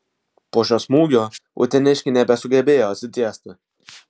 po šio smūgio uteniškiai nebesugebėjo atsitiesti